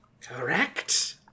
Correct